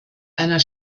einer